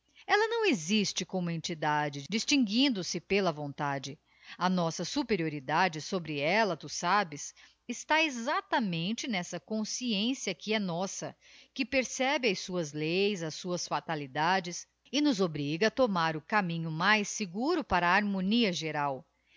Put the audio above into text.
elja não existe como entidade distinguindo se pela vontade a nossa superioridade sobre ella tu sabes está exactamente n'essa consciência que é nossa que percebe as suas leis as suas fatalidades e nos obriga a tomar o caminho mais seguro para a harmonia geral